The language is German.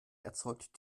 erzeugt